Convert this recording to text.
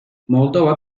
moldova